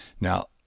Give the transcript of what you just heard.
Now